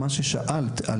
מה ששאלת,